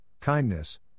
kindness